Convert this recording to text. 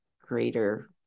greater